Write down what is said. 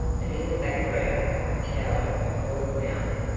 and in the background towered a gaunt mountain,